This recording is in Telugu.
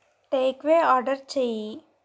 టేక్అవే ఆర్డర్ చేయి